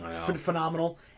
Phenomenal